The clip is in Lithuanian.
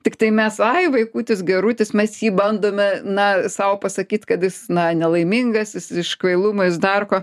tiktai mes ai vaikutis gerutis mes jį bandome na sau pasakyt kad jis na nelaimingas jis iš kvailumo jis dar ko